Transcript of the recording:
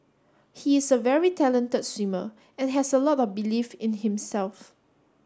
he is a very talented swimmer and has a lot of belief in himself